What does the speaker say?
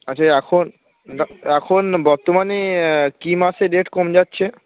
আচ্ছা এখন না এখন বর্তমানে কী মাছের রেট কম যাচ্ছে